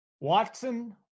Watson